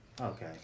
Okay